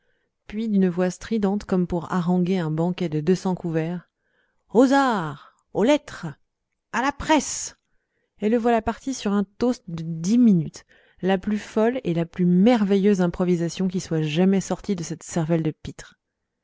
puis d'une voix stridente comme pour haranguer un banquet de deux cents couverts aux arts aux lettres à la presse et le voilà parti sur un toast de dix minutes la plus folle et la plus merveilleuse improvisation qui soit jamais sortie de cette cervelle de pitre